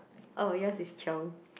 oh yours is chiong